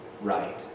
right